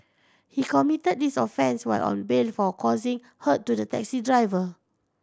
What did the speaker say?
he committed this offence while on bail for causing hurt to the taxi driver